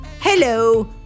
Hello